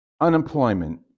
Unemployment